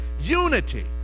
unity